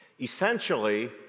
Essentially